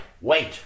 wait